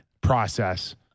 process